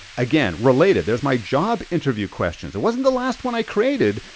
again, related, there's my job interview questions. it wasn't the last one i created,